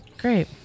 great